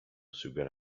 sugar